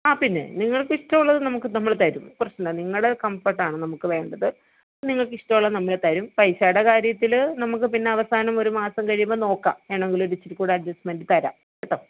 ആ പിന്നേ നിങ്ങൾക്ക് ഇഷ്ടമുള്ളത് നമുക്ക് നമ്മൾ തരും പ്രശ്നമല്ല നിങ്ങളുടെ കംഫർട്ടാണ് നമുക്ക് വേണ്ടത് നിങ്ങൾക്ക് ഇഷ്ടമുള്ളത് നമ്മൾ തരും പൈസയുടെ കാര്യത്തിൽ നമുക്ക് പിന്നെ അവസാനം ഒരു മാസം കഴിയുമ്പോൾ നോക്കാം വേണമെങ്കിൽ അതിൽ ഇചിരിയും കൂടെ അഡ്ജസ്റ്റ്മെൻറ്റിൽ തരാം കേട്ടോ